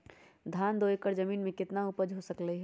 धान दो एकर जमीन में कितना उपज हो सकलेय ह?